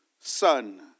son